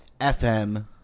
FM